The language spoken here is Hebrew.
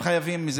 והם חייבים.